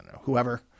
whoever